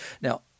Now